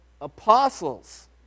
apostles